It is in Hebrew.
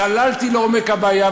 צללתי לעומק הבעיה,